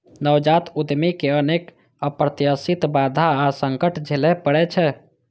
नवजात उद्यमी कें अनेक अप्रत्याशित बाधा आ संकट झेलय पड़ै छै